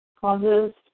causes